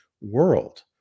world